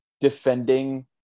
defending